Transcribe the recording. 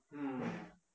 mm